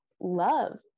love